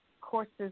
courses